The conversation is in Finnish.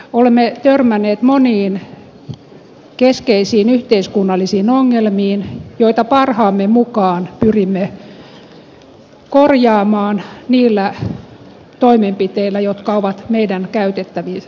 olemme törmänneet moniin keskeisiin yhteiskunnallisiin ongelmiin joita parhaamme mukaan pyrimme korjaamaan niillä toimenpiteillä jotka ovat meidän käytettävissämme